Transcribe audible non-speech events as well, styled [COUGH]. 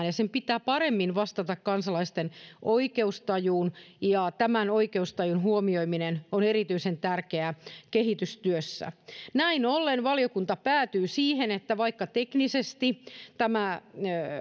[UNINTELLIGIBLE] ja sen pitää paremmin vastata kansalaisten oikeustajuun ja tämän oikeustajun huomioiminen on erityisen tärkeää kehitystyössä näin ollen valiokunta päätyy siihen että vaikka teknisesti tämä